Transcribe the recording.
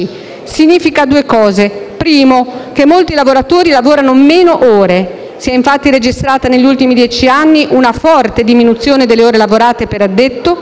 significa due cose. In primo luogo, molti lavoratori lavorano meno ore; si è infatti registrata, negli ultimi dieci anni, una forte diminuzione delle ore lavorate per addetto